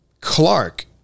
Clark